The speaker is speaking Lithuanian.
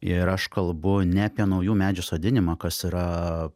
ir aš kalbu ne apie naujų medžių sodinimą kas yra